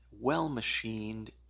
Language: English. well-machined